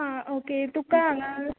आं ओके तुका हांगां